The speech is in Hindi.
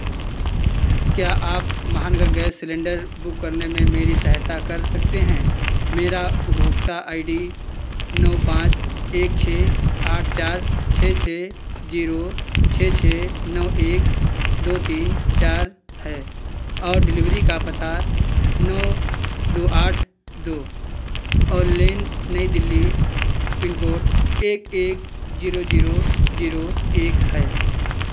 क्या आप महानगर गैस सिलिन्डर बुक करने में मेरी सहायता कर सकते हैं मेरा उपभोक्ता आई डी नौ पाँच एक छः आठ चार छः छः ज़ीरो छः छः नौ एक ज़ीरो तीन चार है और डिलिवरी का पता नौ दो आठ दो ओक लेन नई दिल्ली पिनकोड एक एक ज़ीरो ज़ीरो ज़ीरो एक है